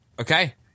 Okay